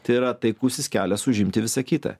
tai yra taikusis kelias užimti visa kita